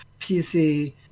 PC